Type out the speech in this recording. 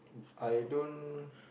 I don't